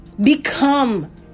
become